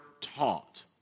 taught